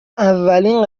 اولین